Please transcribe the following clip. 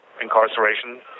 incarceration